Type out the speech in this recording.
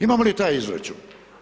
Imamo li taj izračun?